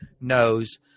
knows